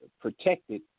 protected